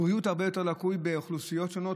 הבריאות הרבה יותר לקויה אצל אוכלוסיות שונות.